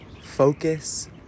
focus